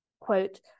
Quote